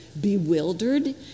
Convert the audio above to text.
bewildered